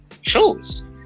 shows